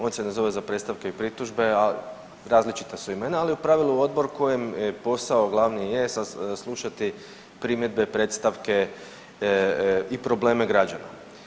On se ne zove za predstavke i pritužbe, različita su imena, ali je u pravilu odbor kojem posao glavni je saslušati primjedbe, predstavke i probleme građana.